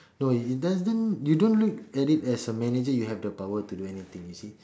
no it doesn't you don't look at it as a manager you have the power to do anything you see